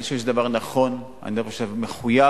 אני חושב שזה דבר נכון, אני חושב שזה מחויב,